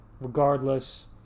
Regardless